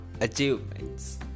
achievements